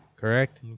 correct